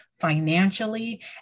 financially